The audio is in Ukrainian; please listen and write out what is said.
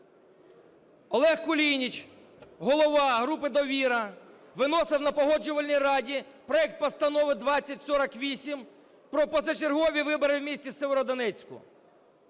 Олег Кулініч, голова групи "Довіра", виносив на Погоджувальній раді проект Постанови 2048 про позачергові вибори в місті Сєвєродонецьку.